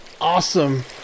awesome